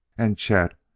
and chet,